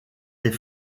des